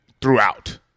throughout